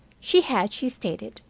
she had, she stated,